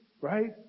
Right